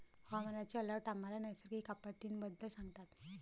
हवामानाचे अलर्ट आम्हाला नैसर्गिक आपत्तींबद्दल सांगतात